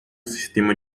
sistema